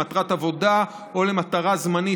למטרת עבודה או למטרה זמנית,